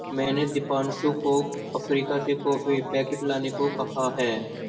मैंने दीपांशु को अफ्रीका से कॉफी पैकेट लाने को कहा है